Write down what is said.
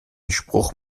spruch